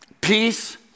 peace